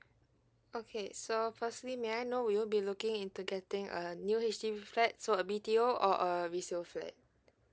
okay so firstly may I know will you be looking into getting a new H_D_B flats so a B_T_O or a resale flat